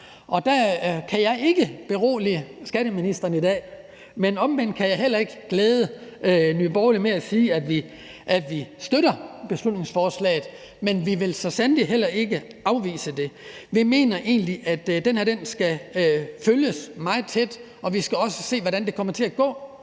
Der kan jeg ikke berolige skatteministeren i dag, men omvendt kan jeg heller ikke glæde Nye Borgerlige med at sige, at vi støtter beslutningsforslaget, men vi vil så sandelig heller ikke afvise det. Vi mener egentlig, at det her skal følges meget tæt, og vi skal også se, hvordan det kommer til at gå